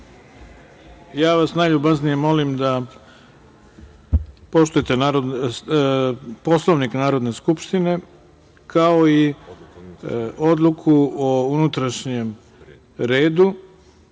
da vas najljubaznije molim da poštujete Poslovnik Narodne skupštine kao i odluku o unutrašnjem redu